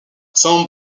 some